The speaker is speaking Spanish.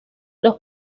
los